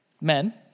men